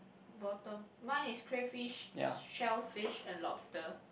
bottom mine is crayfish shellfish and lobster